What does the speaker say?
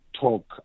talk